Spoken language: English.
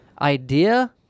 idea